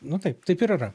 nu taip taip ir yra